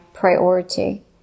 Priority